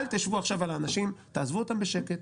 אל תשבו עכשיו על אנשים, תעזבו אותם בשקט.